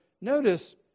notice